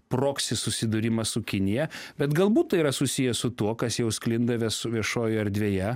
proksi susidūrimą su kinija bet galbūt tai yra susiję su tuo kas jau sklinda vesu viešojoje erdvėje